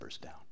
down